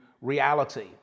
reality